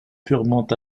purement